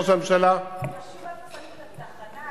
ראש הממשלה --- חשוב איפה שמים את התחנה,